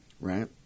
right